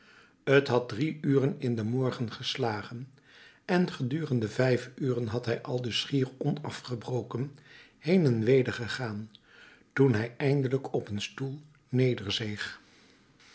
t had drie uren in den morgen geslagen en gedurende vijf uren had hij aldus schier onafgebroken heen en weder gegaan toen hij eindelijk op een stoel nederzeeg